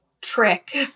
trick